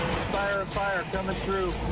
spire of fire coming through.